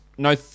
No